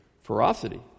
ferocity